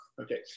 okay